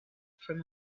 from